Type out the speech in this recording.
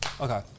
Okay